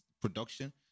production